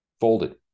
folded